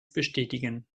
bestätigen